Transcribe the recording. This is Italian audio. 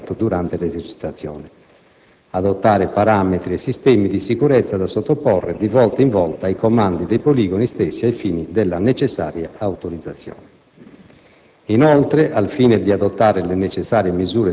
il numero e il tipo di munizionamento effettivamente impiegato durante l'esercitazione; adottare parametri da sottoporre di volta in volta ai comandi dei poligoni stessi ai fini della necessaria autorizzazione.